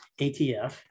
ATF